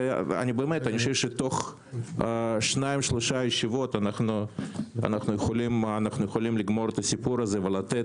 אני חושב שתוך שתיים שלוש ישיבות אנו יכולים לגמור את הסיפור הזה ולתת